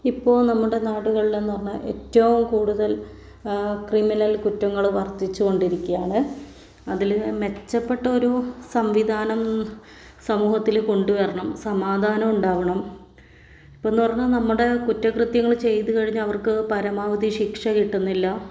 ഇപ്പോൾ നമ്മുടെ നാടുകളിലെന്നു പറഞ്ഞാൽ ഏറ്റവും കൂടുതൽ ക്രിമിനൽ കുറ്റങ്ങൾ വർദ്ധിച്ചുകൊണ്ടിരിക്കുകയാണ് അതിൽ മെച്ചപ്പെട്ട ഒരു സംവിധാനം സമൂഹത്തിൽ കൊണ്ടുവരണം സമാധാനം ഉണ്ടാവണം ഇപ്പോൾ എന്ന് പറഞ്ഞാൽ നമ്മുടെ കുറ്റകൃത്യങ്ങൾ ചെയ്ത് കഴിഞ്ഞാൽ അവർക്ക് പരമാവധി ശിക്ഷ കിട്ടുന്നില്ല